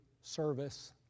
service